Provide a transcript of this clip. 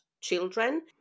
children